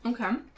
Okay